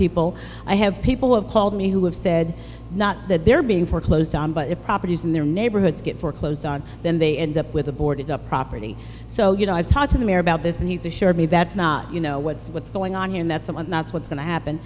people i have people who have called me who have said not that they're being foreclosed on but if properties in their neighborhoods get foreclosed on then they end up with a boarded up property so you know i've talked to the mayor about this and he's assured me that's not you know what's what's going on here and that some of that's what's going to happen